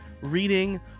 reading